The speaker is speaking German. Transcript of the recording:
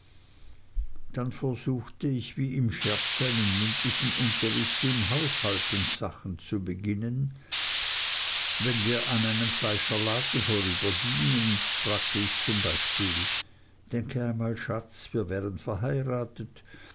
dann versuchte ich wie im scherz einen mündlichen unterricht in haushaltungssachen zu beginnen wenn wir an einem fleischerladen vorübergingen fragte ich zum beispiel denke einmal schatz wir wären verheiratet